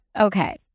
okay